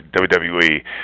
WWE